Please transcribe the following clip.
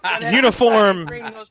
Uniform